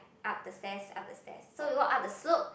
up the stairs up the stairs so we walked up the slope